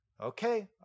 okay